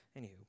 Anywho